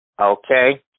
Okay